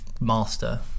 master